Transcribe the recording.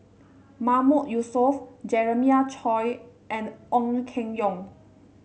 Mahmood Yusof Jeremiah Choy and Ong Keng Yong